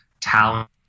talent